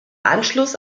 anschluss